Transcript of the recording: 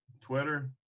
twitter